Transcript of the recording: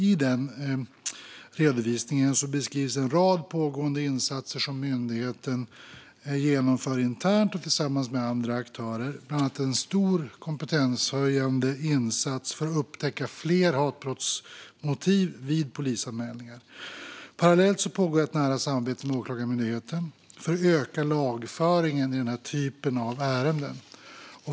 I denna redovisning beskrivs en rad pågående insatser som myndigheten genomför internt och tillsammans med andra aktörer, bland annat en stor kompetenshöjande insats för att upptäcka fler hatbrottsmotiv vid polisanmälningar. Parallellt pågår ett nära samarbete med Åklagarmyndigheten för att öka lagföringen i denna typ av ärenden.